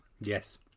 yes